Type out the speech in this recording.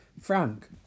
Frank